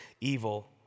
evil